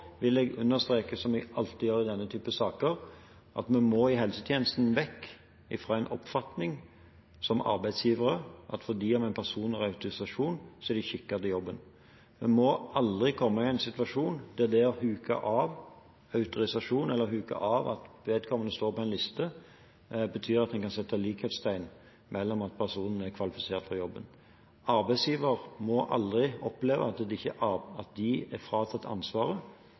vil jeg understreke, som jeg alltid gjør i denne type saker, at vi i helsetjenesten må gå vekk fra en oppfatning hos arbeidsgivere om at har en person autorisasjon, så er vedkommende skikket til jobben. Vi må aldri komme i en situasjon der man setter likhetstegn mellom det å huke av for autorisasjon eller huke av at vedkommende står på en liste, og at personen er kvalifisert for jobben. Arbeidsgiveren må aldri oppleve at de er fratatt ansvaret